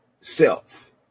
self